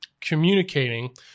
communicating